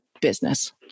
business